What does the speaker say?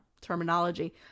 terminology